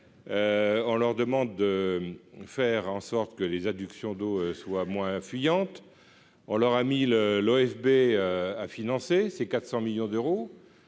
en leur demande de faire en sorte que les adductions d'eau soit moins fuyantes, on leur a mis le l'OSB à financer ces 400 millions d'euros,